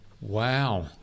Wow